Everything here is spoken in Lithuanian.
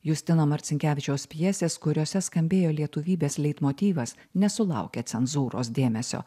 justino marcinkevičiaus pjesės kuriose skambėjo lietuvybės leitmotyvas nesulaukė cenzūros dėmesio